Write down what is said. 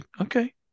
okay